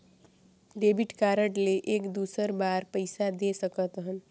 Debit card ले एक दुसर बार पइसा दे सकथन?